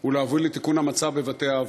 הוא להביא לתיקון המצב בבתי-האבות.